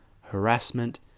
harassment